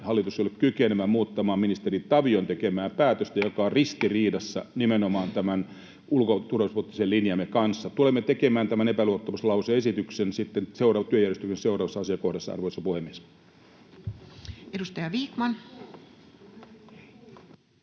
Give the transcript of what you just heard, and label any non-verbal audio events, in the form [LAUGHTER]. hallitus ei ollut kykenevä muuttamaan ministeri Tavion tekemää päätöstä, [NOISE] joka on ristiriidassa nimenomaan tämän ulko- ja turvallisuuspoliittisen linjamme kanssa. Tulemme tekemään tämän epäluottamuslause-esityksen sitten työjärjestyksen seuraavassa asiakohdassa, arvoisa puhemies. [Speech 23]